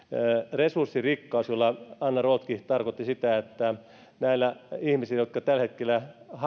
resurssirikkaudella anna rotkirch tarkoitti sitä että näillä ihmisillä jotka tällä hetkellä